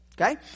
okay